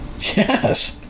Yes